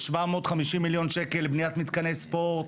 750 מיליון שקל לבניית מתקני ספורט,